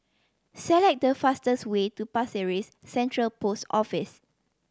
select the fastest way to Pasir Ris Central Post Office